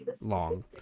long